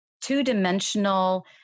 two-dimensional